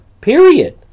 Period